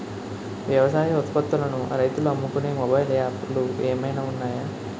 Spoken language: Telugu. వ్యవసాయ ఉత్పత్తులను రైతులు అమ్ముకునే మొబైల్ యాప్ లు ఏమైనా ఉన్నాయా?